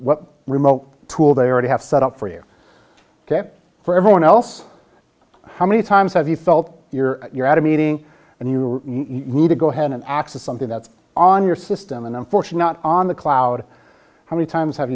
what remote tool they already have set up for you kept for everyone else how many times have you felt you're you're at a meeting and you need to go ahead and access something that's on your system an unfortunate on the cloud how many times have